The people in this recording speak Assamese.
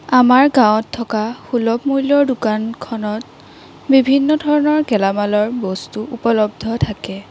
আমাৰ গাঁৱত থকা সুলভ মূল্যৰ দোকানখনত বিভিন্ন ধৰণৰ গেলামালৰ বস্তু উপলব্ধ থাকে